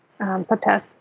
subtests